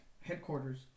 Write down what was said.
headquarters